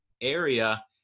area